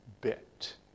bit